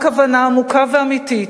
רק הבנה עמוקה ואמיתית